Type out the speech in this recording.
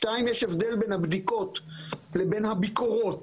שניים, יש הבדל בין הבדיקות לבין הביקורות.